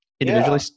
individually